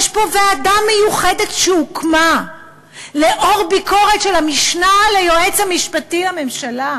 יש פה ועדה מיוחדת שהוקמה לאור ביקורת של המשנה ליועץ המשפטי לממשלה,